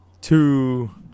two